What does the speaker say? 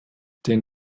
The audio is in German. den